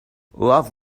love